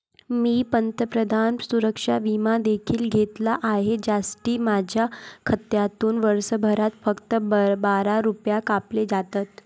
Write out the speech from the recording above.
मी पंतप्रधान सुरक्षा विमा देखील घेतला आहे, ज्यासाठी माझ्या खात्यातून वर्षभरात फक्त बारा रुपये कापले जातात